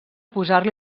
posar